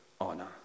honor